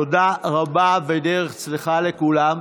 תודה רבה ודרך צלחה לכולם.